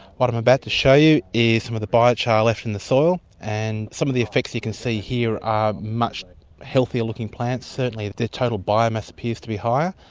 what i'm about to show you is some of the biochar left in the soil and some of the effects you can see here are much healthier-looking plants. certainly the total biomass appears to be higher,